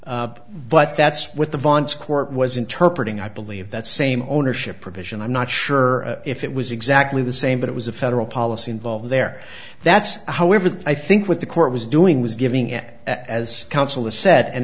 capacity but that's what the bonds court was interpret and i believe that same ownership provision i'm not sure if it was exactly the same but it was a federal policy involved there that's however i think what the court was doing was giving it as counsel a set an